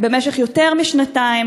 במשך יותר משנתיים,